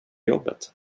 jobbet